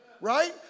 Right